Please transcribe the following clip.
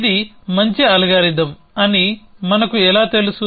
ఇది మంచి అల్గారిథమ్ అని మనకు ఎలా తెలుసు